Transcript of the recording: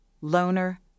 loner